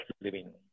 living